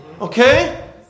Okay